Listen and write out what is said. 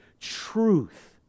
truth